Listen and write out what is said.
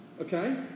okay